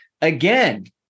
again